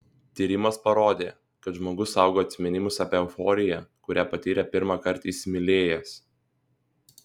tyrimas parodė kad žmogus saugo atsiminimus apie euforiją kurią patyrė pirmą kartą įsimylėjęs